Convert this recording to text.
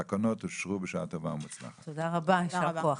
הצבעה אושר פה אחד תודה רבה, ישר כוח.